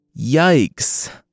Yikes